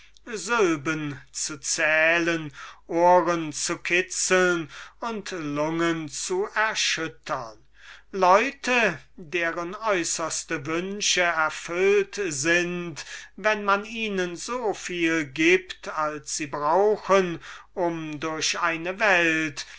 sylben zu zählen ohren zu kitzeln und lungen zu erschüttern leute denen ihr alle ihre wünsche erfüllt wenn ihr ihnen so viel gebt als sie brauchen kummerlos durch eine welt